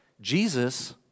Jesus